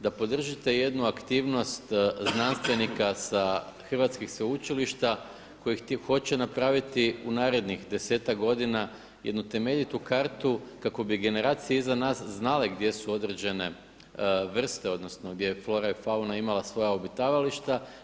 Da podržite jednu aktivnost znanstvenika sa hrvatskih sveučilišta koji hoće napraviti u narednih desetak godina jednu temeljitu kartu kako bi generacije iza nas znale gdje su određene vrste, odnosno gdje je flora i fauna imala svoja obitavališta.